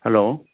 hello